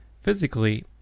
Physically